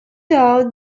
out